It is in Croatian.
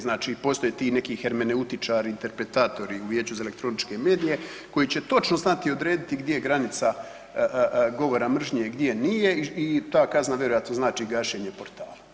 Znači postoje ti neki hermeneutičari, interpretatori u Vijeću za elektroničke medije koji će točno znati odrediti gdje je granica govorna mržnje a gdje nije i ta kazna vjerojatno znači gašenje portala.